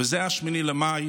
וזה 8 במאי.